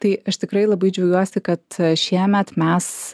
tai aš tikrai labai džiaugiuosi kad šiemet mes